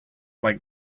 like